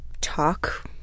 talk